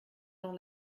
dans